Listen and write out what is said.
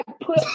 put